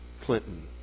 Clinton